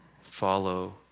follow